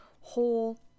whole